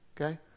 okay